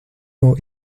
more